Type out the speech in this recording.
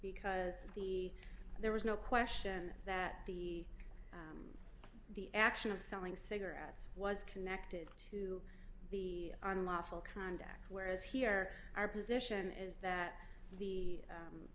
because the there was no question that the the action of selling cigarettes was connected to the unlawful conduct whereas here our position is that the